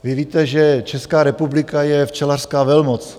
Vy víte, že Česká republika je včelařská velmoc.